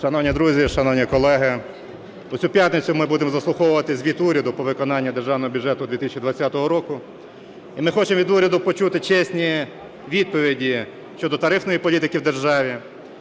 Шановні друзі, шановні колеги, у цю п'ятницю ми будемо заслуховувати звіт уряду по виконанню Державного бюджету 2020 року. І ми хочемо від уряду почути чесні відповіді щодо тарифної політики в державі,